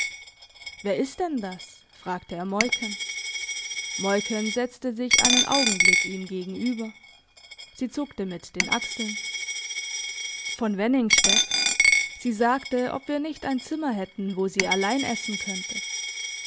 wer ist denn das fragte er moiken moiken setzte sich einen augenblick ihm gegenüber sie zuckte mit den achseln von wenningstedt sie sagte ob wir nicht ein zimmer hätten wo sie allein essen könnte